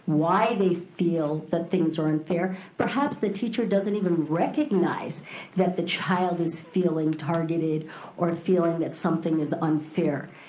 why they feel that things are unfair. perhaps the teacher doesn't even recognize that the child is feeling targeted or feeling that something is unfair.